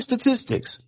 statistics